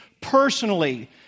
personally